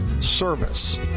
service